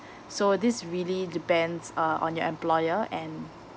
so this really depends uh on your employer and